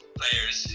players